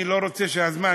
אני לא רוצה שהזמן,